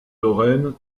lorraine